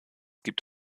gibt